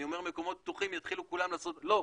אני אומר מקומות פתוחים ויתחילו כולם לעשות לא,